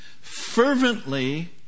fervently